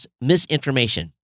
misinformation